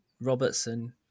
Robertson